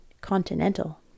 continental